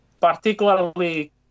Particularly